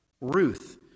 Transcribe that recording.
Ruth